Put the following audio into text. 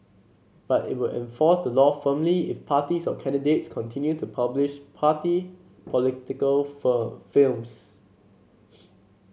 but it will enforce the law firmly if parties or candidates continue to publish party political firm films